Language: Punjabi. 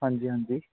ਹਾਂਜੀ ਹਾਂਜੀ